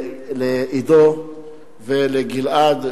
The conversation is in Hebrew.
ולעידו ולגלעד,